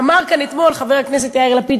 אמר כאן אתמול חבר הכנסת יאיר לפיד,